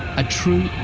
a true-blue